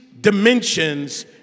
dimensions